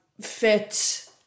fit